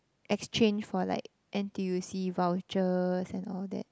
exchange for like N_T_U_C vouchers and all that